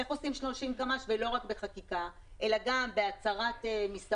איך עושים 30 קמ"ש ולא רק בחקיקה אלא גם בהצרת מיסעות,